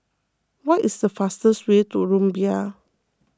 what is the fastest way to Rumbia